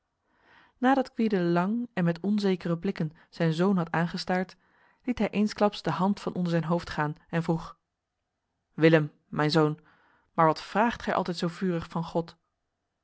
nadat gwyde lang en met onzekere blikken zijn zoon had aangestaard liet hij eensklaps de hand van onder zijn hoofd gaan en vroeg willem mijn zoon maar wat vraagt gij altijd zo vurig van god